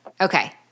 okay